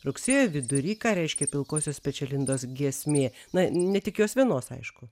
rugsėjo vidury ką reiškia pilkosios pečialindos giesmė na ne tik jos vienos aišku